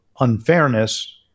unfairness